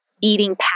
eating